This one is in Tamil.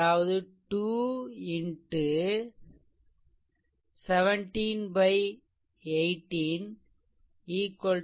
அதாவது 2 x 17 18